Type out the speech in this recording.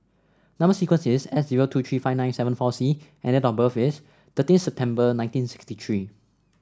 number sequence is S zero two three five nine seven four C and date of birth is thirteen September nineteen sixty three